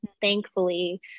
thankfully